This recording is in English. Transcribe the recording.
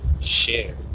share